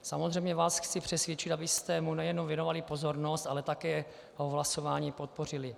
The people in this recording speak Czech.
Samozřejmě vás chci přesvědčit, abyste mu nejenom věnovali pozornost, ale také ho v hlasování podpořili.